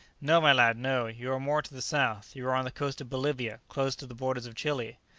no, my lad, no you are more to the south you are on the coast of bolivia close to the borders of chili.